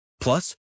Plus